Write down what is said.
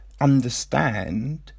Understand